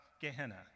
Gehenna